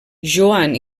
joan